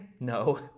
No